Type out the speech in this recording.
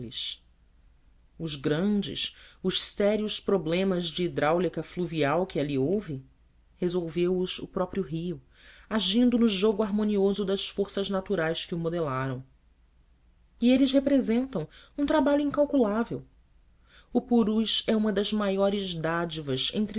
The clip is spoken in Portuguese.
simples os grandes os sérios problemas de hidráulica fluvial que ali houve resolveu os o próprio rio agindo no jogo harmonioso das forças naturais que o modelaram e eles representam um trabalho incalculável o purus é uma das maiores dádivas